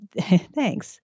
Thanks